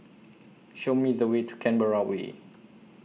Show Me The Way to Canberra Way